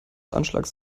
anschlags